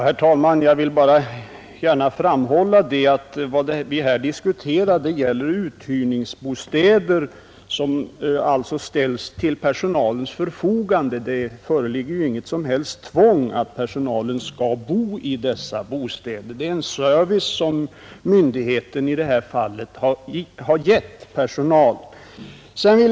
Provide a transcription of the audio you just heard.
Herr talman! Jag vill gärna framhålla att vad vi här diskuterar är uthyrningsbostäder som ställs till personalens förfogande. Det föreligger inget som helst tvång för personalen att bo i dessa bostäder. Det är här fråga om en service som myndigheten ger personalen.